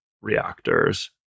reactors